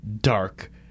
dark